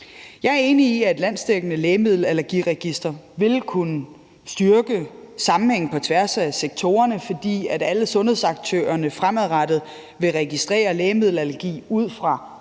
Jeg er enig i, at et landsdækkende lægemiddelallergiregister vil kunne styrke sammenhængen på tværs af sektorerne, fordi alle sundhedsaktørerne fremadrettet vil registrere lægemiddelallergi ud fra